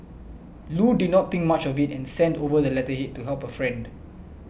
Loo did not think much of it and sent over the letterhead to help her friend